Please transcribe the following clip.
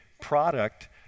product